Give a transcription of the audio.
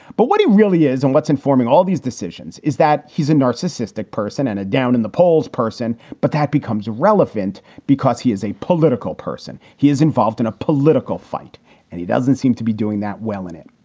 but what he really is and what's informing all these decisions is that he's a narcissistic person and a down in the polls person, but that becomes irrelevant because he is a political person. he is involved in a political fight and he doesn't seem to be doing that well in it.